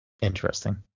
interesting